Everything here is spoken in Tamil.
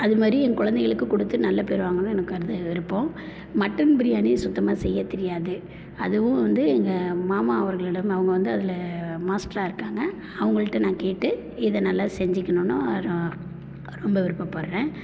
அதுமாதிரி என் கொழந்தைகளுக்கு கொடுத்து நல்ல பேர் வாங்கணும் எனக்கு அது விருப்பம் மட்டன் பிரியாணி சுத்தமாக செய்யத் தெரியாது அதுவும் வந்து எங்கள் மாமா அவர்களிடம் அவங்க வந்து அதில் மாஸ்டராக இருக்காங்க அவங்கள்கிட்ட நான் கேட்டு இது நல்லா செஞ்சுக்கணுன்னு ரொம்ப விருப்பப்படுறேன்